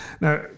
Now